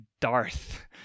Darth